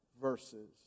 verses